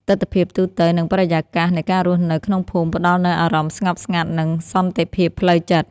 ទិដ្ឋភាពទូទៅ និងបរិយាកាសនៃការរស់នៅក្នុងភូមិផ្ដល់នូវអារម្មណ៍ស្ងប់ស្ងាត់ និងសន្តិភាពផ្លូវចិត្ត។